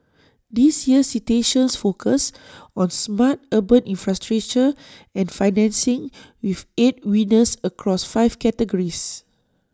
this year's citations focus on smart urban infrastructure and financing with eight winners across five categories